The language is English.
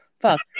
Fuck